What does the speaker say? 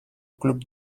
club